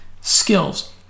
skills